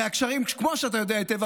כמו שאתה יודע היטב,